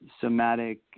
somatic